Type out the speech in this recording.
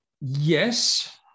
Yes